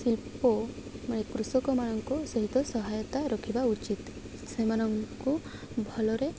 ଶିଳ୍ପ ମାନେ କୃଷକମାନଙ୍କ ସହିତ ସହାୟତା ରଖିବା ଉଚିତ ସେମାନଙ୍କୁ ଭଲରେ